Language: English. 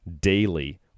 daily